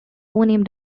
named